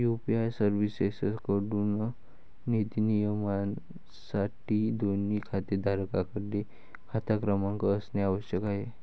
UPI सर्व्हिसेसएकडून निधी नियमनासाठी, दोन्ही खातेधारकांकडे खाता क्रमांक असणे आवश्यक आहे